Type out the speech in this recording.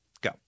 Go